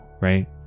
right